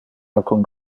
alcun